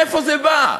מאיפה זה בא?